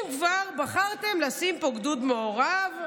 אם כבר בחרתם לשים פה גדוד מעורב"